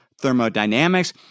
thermodynamics